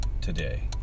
today